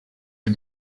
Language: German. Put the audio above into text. dem